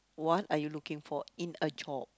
what are you looking for in a job